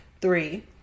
three